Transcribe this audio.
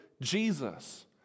Jesus